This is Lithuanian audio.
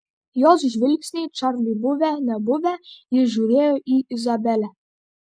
jos žvilgsniai čarliui buvę nebuvę jis žiūrėjo į izabelę